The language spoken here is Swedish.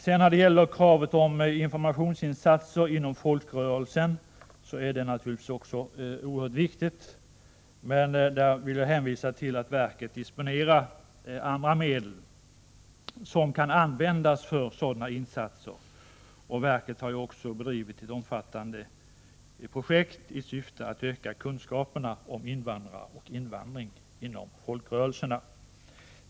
Kravet på ökade informationsinsatser inom folkrörelserna är naturligtvis också oerhört viktigt, men där vill jag hänvisa till att verket disponerar andra medel som kan användas för sådana insatser. Verket har också bedrivit ett omfattande projekt i syfte att öka kunskaperna om invandrare och invandring inom folkrörelserna. Herr talman!